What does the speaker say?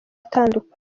atandukanye